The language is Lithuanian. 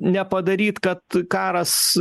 nepadaryt kad karas